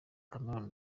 chameleone